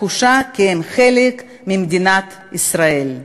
התחושה כי הם חלק ממדינת ישראל.